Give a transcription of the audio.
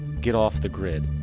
get off the grid.